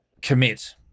Commit